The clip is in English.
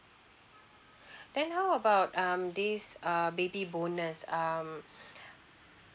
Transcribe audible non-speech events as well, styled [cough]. [breath] then how about um this uh baby bonus um [breath]